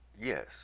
Yes